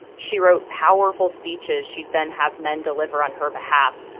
she wrote powerful speeches she'd then have men deliver on her behalf.